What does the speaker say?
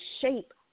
shape